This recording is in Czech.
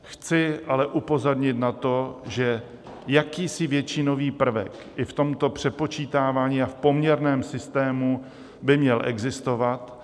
Chci ale upozornit na to, že jakýsi většinový prvek i v tomto přepočítávání a v poměrném systému by měl existovat.